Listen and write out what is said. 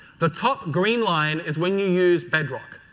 the top green line is when you use bedrock.